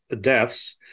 deaths